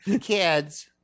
Kids